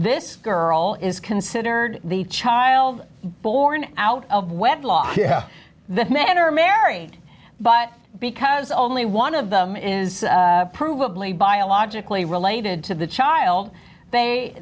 this girl is considered the child born out of wedlock the men are married but because only one of them is provably biologically related to the child they